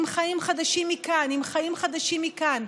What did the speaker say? עם חיים חדשים מכאן, עם חיים חדשים מכאן.